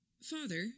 Father